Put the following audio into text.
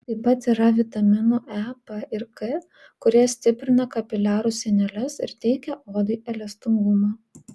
joje taip pat yra vitaminų e p ir k kurie stiprina kapiliarų sieneles ir teikia odai elastingumo